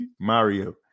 Mario